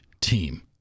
team